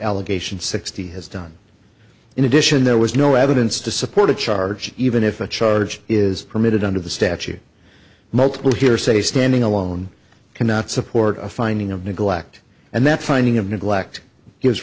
allegation sixty has done in addition there was no evidence to support a charge even if a charge is permitted under the statute multiple hearsay standing alone cannot support a finding of neglect and that finding of neglect gives